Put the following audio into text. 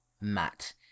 Matt